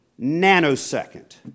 nanosecond